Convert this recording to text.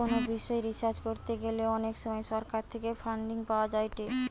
কোনো বিষয় রিসার্চ করতে গ্যালে অনেক সময় সরকার থেকে ফান্ডিং পাওয়া যায়েটে